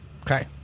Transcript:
Okay